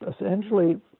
essentially